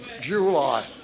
July